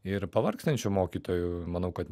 ir pavargstančių mokytojų manau kad